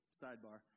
sidebar